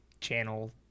Channel